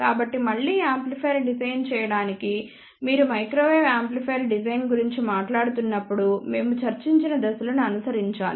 కాబట్టి మళ్ళీ amplifier design చేయడానికి మీరు మైక్రోవేవ్ యాంప్లిఫైయర్ డిజైన్ గురించి మాట్లాడుతున్నప్పుడు మేము చర్చించిన దశలను అనుసరించాలి